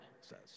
says